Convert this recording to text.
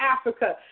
Africa